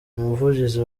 umuvugizi